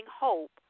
hope